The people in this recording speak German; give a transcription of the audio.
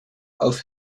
auf